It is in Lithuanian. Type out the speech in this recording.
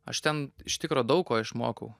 aš ten iš tikro daug ko išmokau